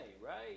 right